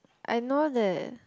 I know that